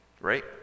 Right